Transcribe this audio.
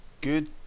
good